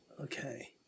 Okay